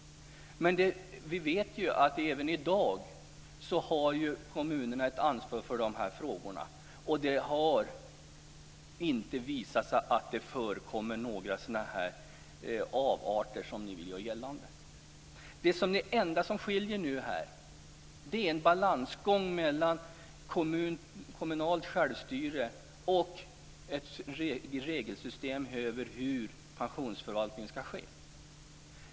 Men vi vet att kommunerna även i dag har ett ansvar för de här frågorna, och det har inte visat sig att det förekommer några sådana avarter som ni vill göra gällande. Det gäller här en balansgång mellan kommunalt självstyre och ett regelsystem för hur pensionsförvaltningen skall ske.